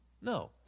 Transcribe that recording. No